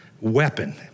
weapon